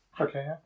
okay